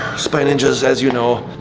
spy ninjas as you know,